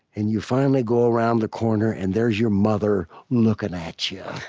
and you finally go around the corner, and there's your mother looking at you,